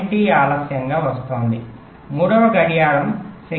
9T ఆలస్యంగా వస్తోంది మూడవ గడియారం సిగ్నల్ 1